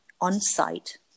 on-site